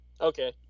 Okay